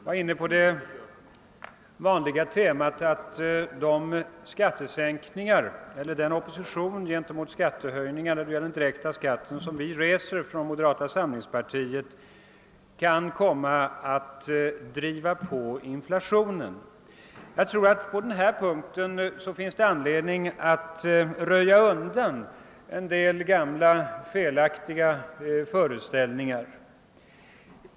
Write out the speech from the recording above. Herr talman! Herr Brandt var inne på. det vanliga temat, att den opposition mot höjningar av den direkta skatten, som vi inom moderata samlingspartiet företräder, kan driva på inflationen. Jag tror det finns anledning att röja undan en del gamla felaktiga föreställningar på den punkten.